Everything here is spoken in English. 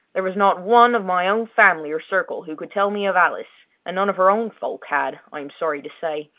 there was not one of my own family or circle who could tell me of alice, and none of her own folk had, i am sorry to say,